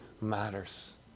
matters